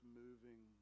moving